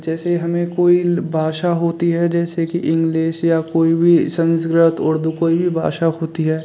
जैसे हमें कोई ल भाषा होती है जैसे की इंग्लिस या कोई भी संस्कृत उर्दू कोई भी भाषा होती है